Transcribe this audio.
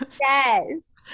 yes